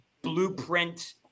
Blueprint